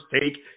take